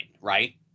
right